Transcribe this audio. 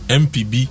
mpb